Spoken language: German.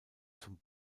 zum